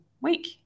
week